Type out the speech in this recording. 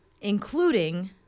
including